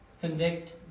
convict